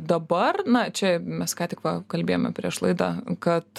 dabar na čia mes ką tik kalbėjome prieš laidą kad